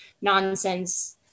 nonsense